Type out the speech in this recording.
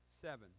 seven